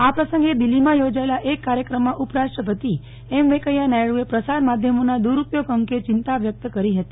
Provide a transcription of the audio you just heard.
આ પ્રસંગે દિલ્હીમાં યોજાયેલા એક કાર્યક્રમમાં ઉપરાષ્ટ્રપતિ એમ વેંકૈયા નાયડુએ પ્રસાર માધ્યમોના દુરૂપયોગ અંગે ચિંતા વ્યક્ત કરી હતી